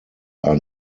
are